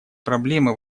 проблемы